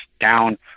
down